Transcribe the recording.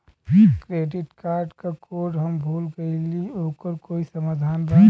Credit card क code हम भूल गइली ओकर कोई समाधान बा?